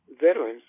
veterans